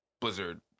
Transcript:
Blizzard